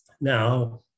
Now